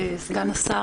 סגן השר,